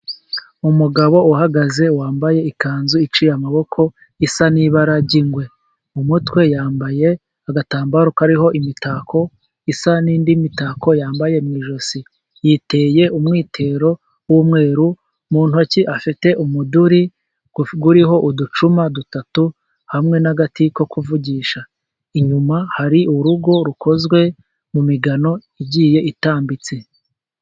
Umugabo uhagaze wambaye ikanzu iciye amaboko isa n'ibara ry'ingwe, mu mutwe yambaye agatambaro kariho imitako isa, n'indi mitako yambaye mu ijosi, yiteye umwitero w'umweru, mu ntoki afite umuduri uriho uducuma dutatu hamwe n'agati ko kuvugisha, inyuma hari urugo rukozwe mu migano igiye itambitse.